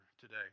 today